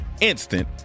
instant